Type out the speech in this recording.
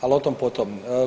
Ali o tom po tom.